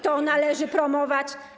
To należy promować.